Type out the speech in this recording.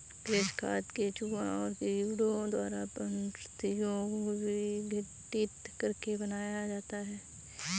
कृमि खाद केंचुआ और कीड़ों द्वारा वनस्पतियों को विघटित करके बनाया जाता है